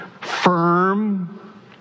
firm